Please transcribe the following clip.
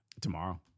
tomorrow